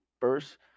first